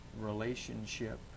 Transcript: relationship